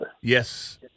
Yes